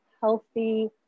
healthy